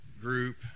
group